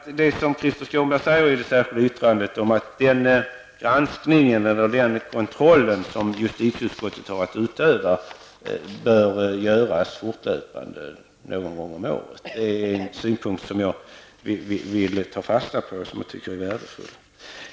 Som Krister Skånberg säger i det särskilda yttrandet, bör den kontroll som justitieutskottet har att utöva göras fortlöpande någon gång om året. Det är en synpunkt som jag tycker är värdefull och som jag vill ta fasta på.